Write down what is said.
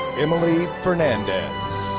emily fernandez.